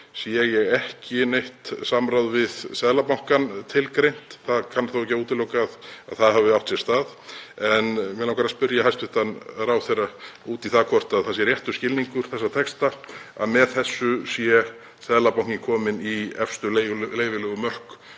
sé ég ekki neitt samráð við Seðlabankann tilgreint. Það útilokar þó ekki að það hafi átt sér stað. En mig langar að spyrja hæstv. ráðherra út í það hvort það sé réttur skilningur þessa texta að með þessu sé Seðlabankinn kominn í efstu leyfileg mörk